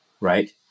Right